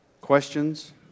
questions